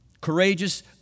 courageous